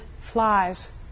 flies